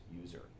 user